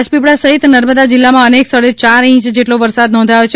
રાજપીપળા સહિત નર્મદા જિલ્લામાં અનેક સ્થળે ચાર ઇંચ જેટલો વરસાદ નોંધાયો છે